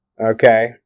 Okay